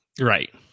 Right